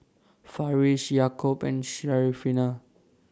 Farish Yaakob and Syarafina